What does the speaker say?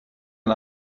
een